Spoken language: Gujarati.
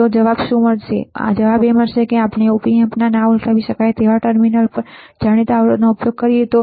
તો જવાબ શું છે કે આપણે op amp ના ના ઉલટાવી શકાય ટર્મિનલ પર જાણીતા અવરોધનો ઉપયોગ કરી શકીએ છીએ